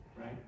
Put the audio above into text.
right